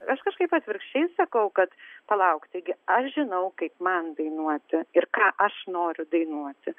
aš kažkaip atvirkščiai sakau kad palauk taigi aš žinau kaip man dainuoti ir ką aš noriu dainuoti